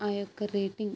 ఆ యొక్క రేటింగ్